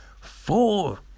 four